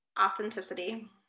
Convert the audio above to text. authenticity